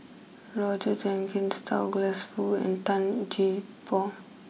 Roger Jenkins Douglas Foo and Tan Gee Paw